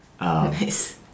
Nice